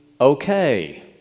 Okay